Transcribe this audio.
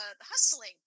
hustling